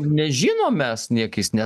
nežinom mes nieko jis ne